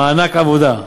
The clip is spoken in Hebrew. מענק עבודה.